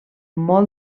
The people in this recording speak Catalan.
molt